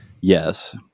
yes